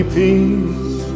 peace